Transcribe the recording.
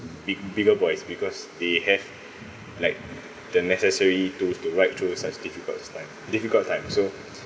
big bigger boys because they have like the necessary tools to ride through such difficult time difficult time so